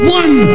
one